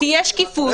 תהיה שקיפות,